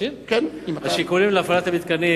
השיקולים להפעלת המתקנים